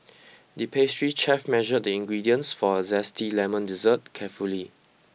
the pastry chef measured the ingredients for a zesty lemon dessert carefully